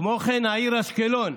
כמו כן העיר אשקלון,